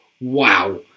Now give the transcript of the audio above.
wow